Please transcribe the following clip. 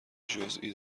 جزئی